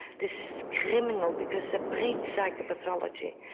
this is criminal because it breeds psychopathology.